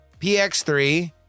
px3